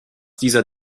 dieser